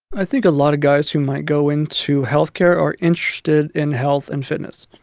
i think a lot of guys who might go into health care are interested in health and fitness.